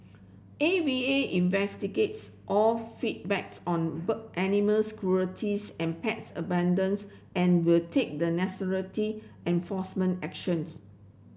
A V A investigates all feedbacks on animals cruelties and pets abandons and will take the enforcement actions